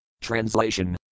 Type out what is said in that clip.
Translation